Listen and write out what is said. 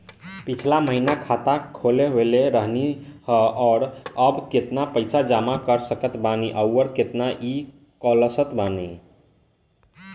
पिछला महीना खाता खोलवैले रहनी ह और अब केतना पैसा जमा कर सकत बानी आउर केतना इ कॉलसकत बानी?